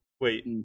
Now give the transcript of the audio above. Wait